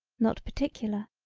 not particular,